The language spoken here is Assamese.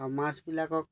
মাছবিলাকক